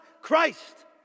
Christ